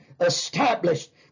established